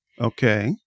Okay